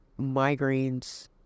migraines